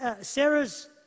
Sarah's